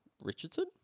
Richardson